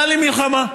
מנהלים מלחמה,